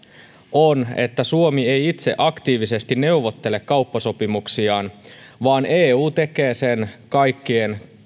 on että suomi ei itse aktiivisesti neuvottele kauppasopimuksiaan vaan eu tekee sen kaikkien